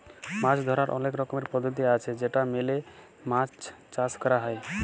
মাছ ধরার অলেক রকমের পদ্ধতি আছে যেটা মেলে মাছ চাষ ক্যর হ্যয়